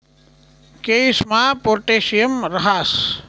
केयीसमा पोटॅशियम राहस